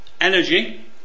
energy